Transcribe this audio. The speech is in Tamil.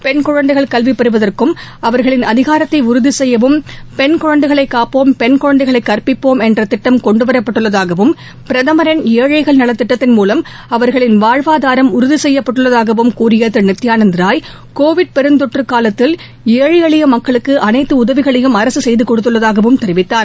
பெண் குழந்தைகள் கல்வி பெறுவதற்கும் அவர்களின் அதிகாரத்தை உறுதி செய்யவும் பெண் குழந்தைகளை காப்போம் பென் குழந்தைகளை கற்பிப்போம் என்ற திட்டம் கொண்டுவரப்பட்டுள்ளதாகவும் பிரதமரின் ஏழைகள் நலத்திட்டத்தின்மூலம் அவர்களின் வாழ்வாதாரம் உறுதிசெய்யப்பட்டதாக கூறிய திரு நித்யானந்த ராய் கோவிட் பெருந்தொற்று செய்து அரசு கொடுத்துள்ளதாகவும் தெரிவித்தார்